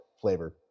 flavor